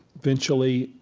eventually,